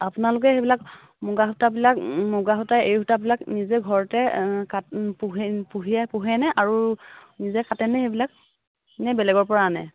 আপোনালোকে এইবিলাক মুগা সূতাবিলাক মুগা সূতা এৰি সূতাবিলাক নিজে ঘৰতে কাট পোহে পোহিয়া পোহেনে আৰু নিজে কাটেনে এইবিলাক নে বেলেগৰপৰা আনে